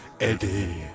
Eddie